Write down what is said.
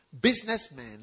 businessmen